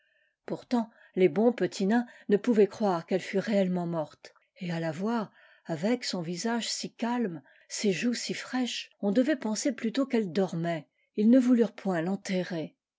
pourtant les bons petits nains ne pouvaient croire qu'elle fût réellement morte et à la voir avec son visage si calme ses joues si fraîches on devait penser plutôt qu'elle dormait ils ne voulurent point l'enterrer